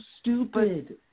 stupid